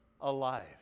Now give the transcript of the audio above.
alive